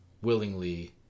willingly